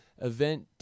event